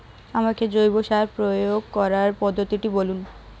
আমাকে জৈব সার প্রয়োগ করার পদ্ধতিটি বলুন?